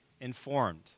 informed